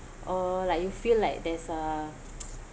oh like you feel like there's a